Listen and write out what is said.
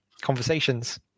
Conversations